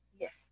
yes